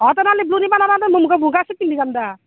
অঁ তেনেহ'লে ব্লু নিব নোৱাৰা মুগা ছেট পিন্ধি যাম দে